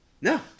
no